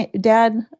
Dad